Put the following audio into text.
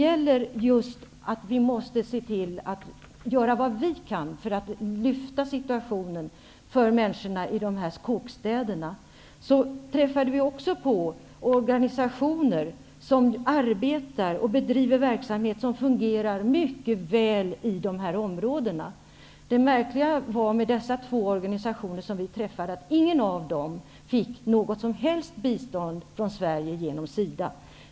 För att se till att göra vad vi kan för att lyfta situationen för människorna i dessa kåkstäder träffade vi också organisationer som arbetar och bedriver verksamhet som fungerar mycket väl i dessa områden. Det märkliga med de två organisationer vi träffade var att ingen av dem fick något som helst bistånd från Sverige genom SIDA.